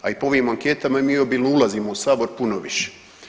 A i po ovim anketama mi … ulazimo u sabor puno više.